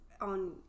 on